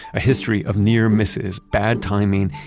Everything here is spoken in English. a history of near misses, bad timing,